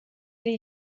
ari